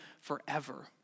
forever